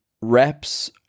reps